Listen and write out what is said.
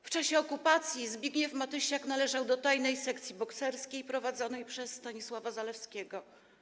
W czasie okupacji Zbigniew Matysiak należał do tajnej sekcji bokserskiej prowadzonej przez Stanisława Zalewskiego.